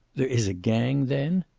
there is a gang, then?